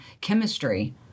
chemistry